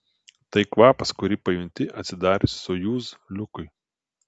tai kvapas kurį pajunti atsidarius sojuz liukui